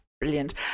brilliant